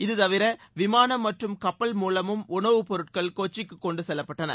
இது தவிர விமானம் மற்றும் கப்பல் மூலமும் உணவுப் பொருட்கள் கொச்சிக்கு கொண்டு செல்லப்பட்டன